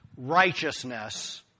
righteousness